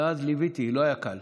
ואז ליוויתי, לא היה קל,